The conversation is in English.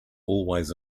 always